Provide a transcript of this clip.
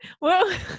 Well-